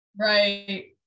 Right